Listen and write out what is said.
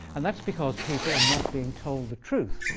and that's because people are not being told the truth.